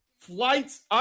flights